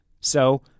So-